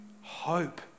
hope